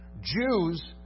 Jews